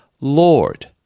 Lord